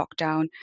lockdown